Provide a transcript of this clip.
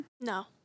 No